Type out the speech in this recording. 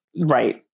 right